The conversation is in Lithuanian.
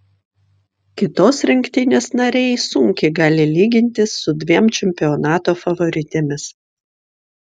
kitos rinktinės nariai sunkiai gali lygintis su dviem čempionato favoritėmis